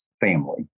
family